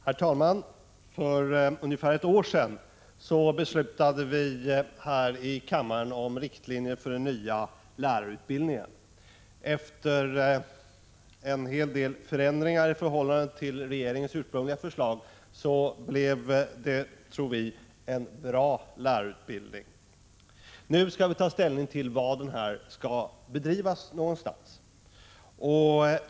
Herr talman! För ungefär ett år sedan beslutade kammaren om riktlinjer för den nya lärarutbildningen. Efter en hel del förändringar i förhållande till regeringens ursprungliga förslag blev det, som vi nu kan bedöma, en bra lärarutbildning. Nu skall vi ta ställning till var någonstans lärarutbildningen skall bedrivas.